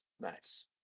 Nice